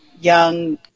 young